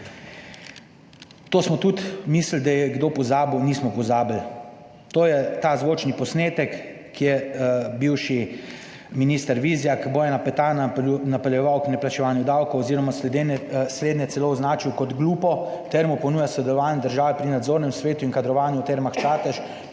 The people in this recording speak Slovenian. Smo tudi mislili, da je kdo pozabil - nismo pozabili. To je ta zvočni posnetek, kjer je bivši minister Vizjak Bojana Petana napeljeval k neplačevanju davkov oziroma slednje celo označil kot "glupo" ter mu ponujal sodelovanje države pri nadzornem svetu in kadrovanju v Termah Čatež,